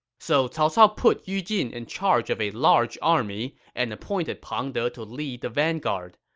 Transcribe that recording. so cao cao put yu jin in charge of a large army and appointed pang de to lead the vanguard.